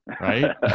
right